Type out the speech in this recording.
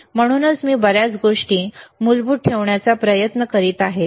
म्हणूनच मी बर्याच गोष्टी मूलभूत ठेवण्याचा प्रयत्न करीत आहे